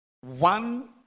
one